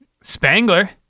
Spangler